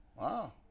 Wow